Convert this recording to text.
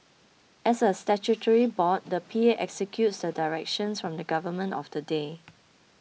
as a statutory board the P A executes the directions from the government of the day